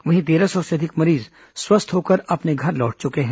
वहीं तेरह सौ से अधिक मरीज स्वस्थ होकर अपने घर लौट चुके हैं